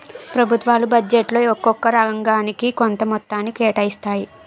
ప్రభుత్వాలు బడ్జెట్లో ఒక్కొక్క రంగానికి కొంత మొత్తాన్ని కేటాయిస్తాయి